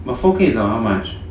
but four K is like how much